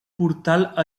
portal